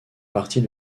partie